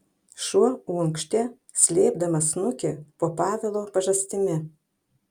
šuo unkštė slėpdamas snukį po pavelo pažastimi